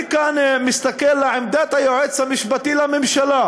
אני כאן מסתכל על עמדת היועץ המשפטי לממשלה,